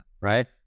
right